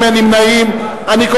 אתה